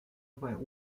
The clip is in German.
bei